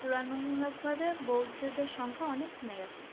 তুলনামূলকভাবে বৌদ্ধদের সংখ্যা অনেক কমে গিয়েছে